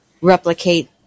replicate